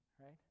Right